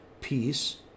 peace